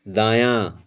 دایاں